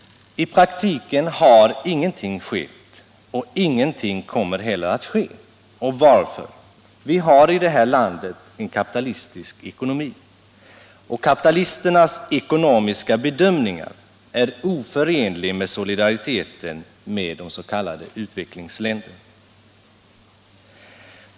I praktiken har ingenting skett, och ingenting kommer heller att ske. Varför? Vi har i det här landet en kapitalistisk ekonomi. Kapitalisternas ekonomiska bedömningar är oförenliga med solidariteten med de s.k. utvecklingsländerna.